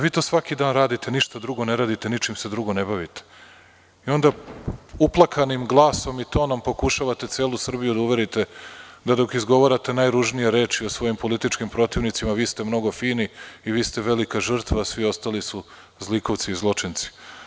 Vi to svaki dan radite, ništa drugo ne radite, ničim se drugo ne bavite i onda uplakanim glasom i tonom pokušavate celu Srbiju da uverite da dok izgovarate najružnije reči o svojim političkim protivnicima vi ste mnogo fini i vi ste velika žrtva, a svi ostali su zlikovci i zločinci.